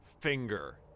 finger